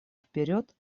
вперед